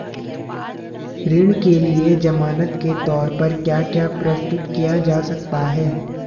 ऋण के लिए ज़मानात के तोर पर क्या क्या प्रस्तुत किया जा सकता है?